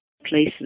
places